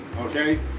okay